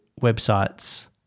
websites